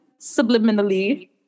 subliminally